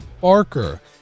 barker